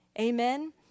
Amen